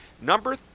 number